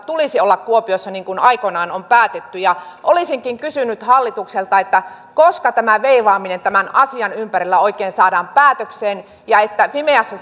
tulisi olla kuopiossa niin kuin aikoinaan on päätetty olisinkin kysynyt hallitukselta koska tämä veivaaminen tämän asian ympärillä oikein saadaan päätökseen jotta fimeassa